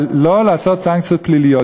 אבל לא לעשות סנקציות פליליות,